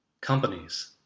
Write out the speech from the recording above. companies